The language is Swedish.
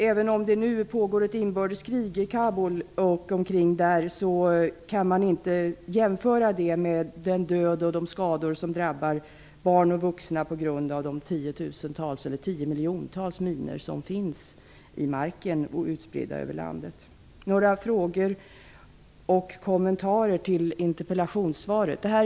Även om det nu pågår ett inbördeskrig i Kabul och där omkring, kan man inte jämföra det med den död och de skador som drabbar barn och vuxna på grund av de miljontals minor som finns i marken och utspridda över landet. Jag vill göra några kommentarer till interpellationssvaret och ställa några frågor.